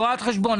רואת חשבון,